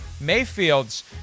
mayfields